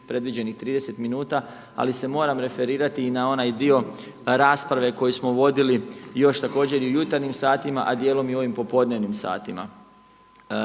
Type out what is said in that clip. predviđenih 30 minuta, ali se moram referirati i na onaj dio rasprave koji smo vodili još također i u jutarnjim satima, a dijelom i ovim popodnevnim satima.